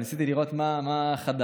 ניסיתי לראות מה חדש,